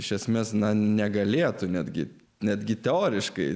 iš esmės na negalėtų netgi netgi teoriškai